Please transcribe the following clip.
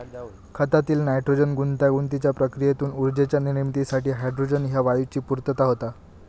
खतातील नायट्रोजन गुंतागुंतीच्या प्रक्रियेतून ऊर्जेच्या निर्मितीसाठी हायड्रोजन ह्या वायूची पूर्तता होता